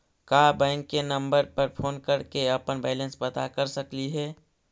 का बैंक के नंबर पर फोन कर के अपन बैलेंस पता कर सकली हे?